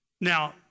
Now